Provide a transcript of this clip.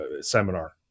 seminar